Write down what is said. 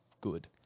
good